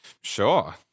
Sure